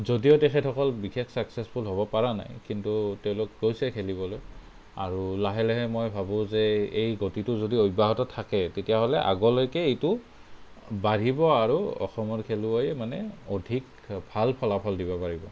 যদিও তেখেতসকল বিশেষ চাক্সেচফুল হ'বপৰা নাই কিন্তু তেওঁলোক গৈছে খেলিবলৈ আৰু লাহে লাহে মই ভাবোঁ যে এই গতিতো যদি অব্যাহত থাকে তেতিয়াহ'লে আগলৈকে এইটো বাঢ়িব আৰু অসমৰ খেলুৱৈ মানে অধিক ভাল ফলাফল দিব পাৰিব